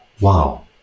wow